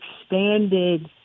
expanded